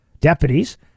deputies